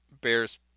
Bears